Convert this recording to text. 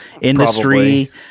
industry